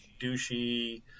douchey